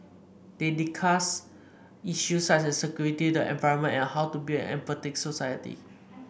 they discussed issues such as security the environment and how to build an empathetic society